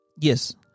yes